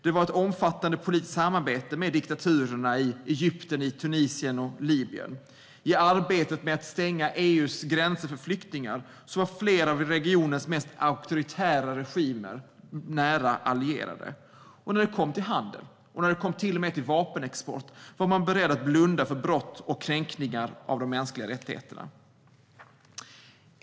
Det var ett omfattande politiskt samarbete med diktaturerna i Egypten, Tunisien och Libyen. I arbetet med att stänga EU:s gränser för flyktingar var flera av regionens mest auktoritära regimer nära allierade. När det kom till handel och vapenexport var man beredd att blunda för brott och kränkningar av de mänskliga rättigheterna.